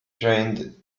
trained